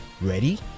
ready